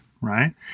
right